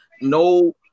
no